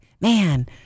man